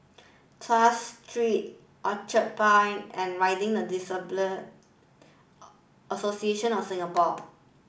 Tuas Street Orchard Point and Riding for the Disabled Association of Singapore